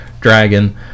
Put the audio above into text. Dragon